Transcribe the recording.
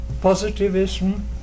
positivism